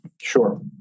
Sure